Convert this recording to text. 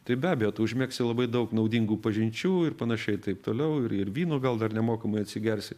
tai be abejo tu užmegzti labai daug naudingų pažinčių ir panašiai taip toliau ir ir vyno gal dar nemokamai atsigersi